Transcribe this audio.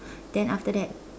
then after that